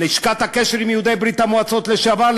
לשכת הקשר עם יהודי ברית-המועצות לשעבר,